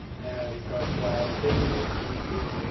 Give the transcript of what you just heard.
and but it remains to be seen.